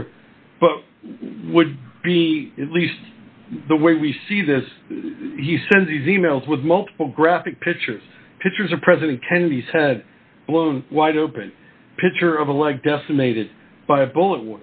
but would be at least the way we see this he says e mails with multiple graphic pictures pictures of president kennedy's head blown wide open a picture of a leg decimated by a bullet